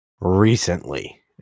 recently